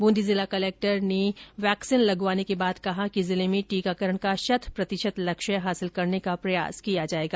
बूंदी जिला कलेक्टर ने भी वैक्सीन लगवाने के बाद कहा कि जिले में टीकाकरण का शत प्रतिशत लक्ष्य हासिल करने का प्रयास किया जाएगा